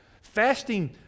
Fasting